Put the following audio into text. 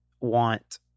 want